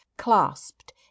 Clasped